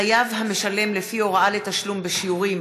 (חייב המשלם לפי הוראה לתשלום בשיעורים),